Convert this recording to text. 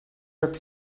heb